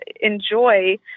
enjoy